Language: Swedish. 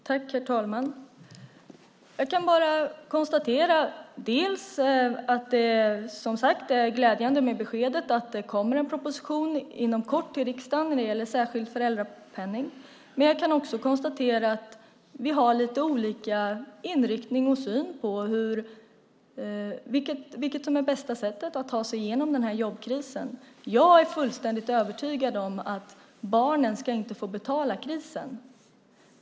Herr talman! Jag kan bara konstatera att det som sagt är glädjande med beskedet att det kommer en proposition inom kort till riksdagen när det gäller särskild föräldrapenning, men jag kan också konstatera att vi har lite olika inriktning och syn på vilket som är det bästa sättet att ta sig genom den här jobbkrisen. Jag är fullständigt övertygad om att barnen inte ska få betala krisen.